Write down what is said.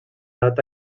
data